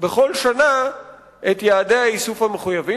בכל שנה את יעדי האיסוף המחויבים.